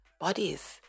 bodies